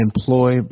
employ